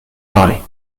parler